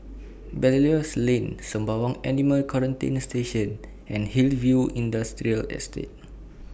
Belilios Lane Sembawang Animal Quarantine Station and Hillview Industrial Estate